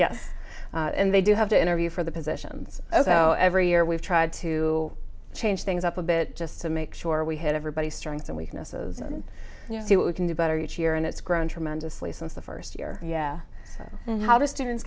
yes they do have to interview for the positions so every year we've tried to change things up a bit just to make sure we had everybody strengths and weaknesses and see what we can do better yet here and it's grown tremendously since the first year yeah so how do students